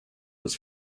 was